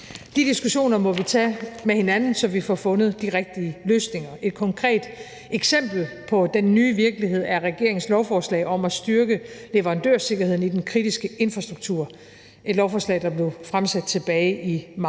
De diskussioner må vi tage med hinanden, så vi får fundet de rigtige løsninger. Et konkret eksempel på den nye virkelighed er regeringens lovforslag om at styrke leverandørsikkerheden i den kritiske infrastruktur – et lovforslag, der blev fremsat tilbage i marts.